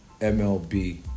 MLB